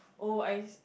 oh I see